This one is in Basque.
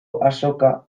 azoka